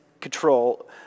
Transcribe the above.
control